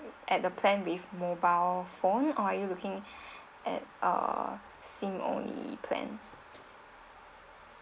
at the plan with mobile phone or are you looking at err S_I_M only plan